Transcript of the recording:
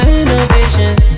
innovations